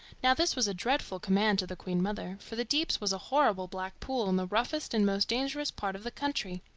now this was a dreadful command to the queen-mother, for the deeps was a horrible black pool in the roughest and most dangerous part of the country.